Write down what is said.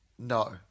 No